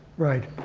right.